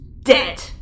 Dead